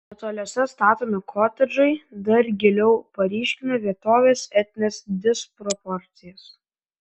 netoliese statomi kotedžai dar giliau paryškina vietovės etines disproporcijas